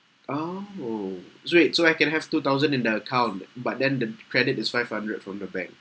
oh sweet so I can have two thousand in the account but then the credit is five hundred from the bank